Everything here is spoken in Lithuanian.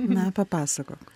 na papasakok